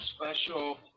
special